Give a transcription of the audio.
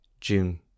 June